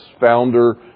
founder